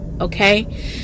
Okay